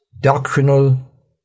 doctrinal